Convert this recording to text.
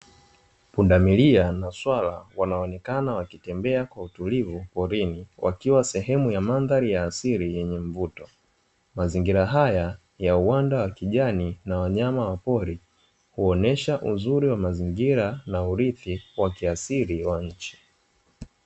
Pundamilia na swala wanaonekana wakitembea kwa utulivu porini wakiwa sehemu ya mandhari ya asili yenye mvuto, mazingira haya ya uwanda wa kijani na wanyama wa pori huonesha uzuri wa mazingira na urithi wa kiasili wa nchi.